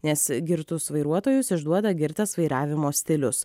nes girtus vairuotojus išduoda girtas vairavimo stilius